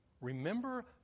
Remember